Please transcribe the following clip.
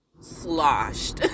sloshed